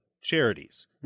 charities